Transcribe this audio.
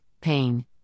pain